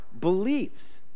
beliefs